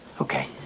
Okay